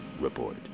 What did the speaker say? Report